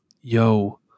yo